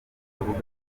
avuga